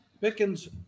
Pickens